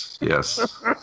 yes